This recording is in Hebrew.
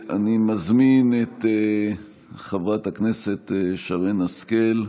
אני מזמין את חברת הכנסת שרן השכל.